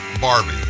Barbie